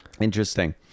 Interesting